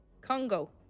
Congo